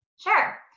Sure